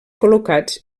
col·locats